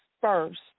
first